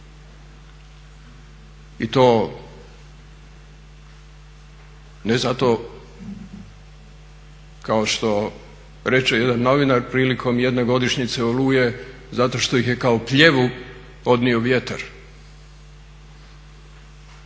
i to ne zato kao što reče jedan novinar prilikom jedne godišnjice Oluje zato što ih je kao pljevu odnio vjetar.